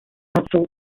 council